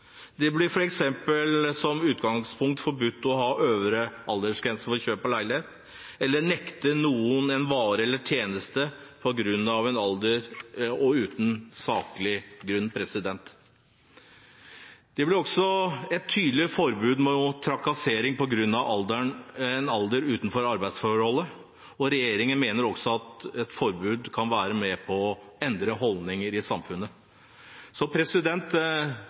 Det blir f.eks. som utgangspunkt forbudt å ha øvre aldersgrense for å kjøpe leilighet eller å nekte noen en vare eller tjeneste på grunn av alder og uten en saklig grunn. Det blir også et tydelig forbud mot trakassering på grunn av alder utenfor arbeidsforhold, og regjeringen mener også at et forbud kan være med på å endre holdninger i samfunnet.